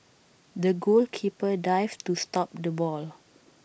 the goalkeeper dived to stop the ball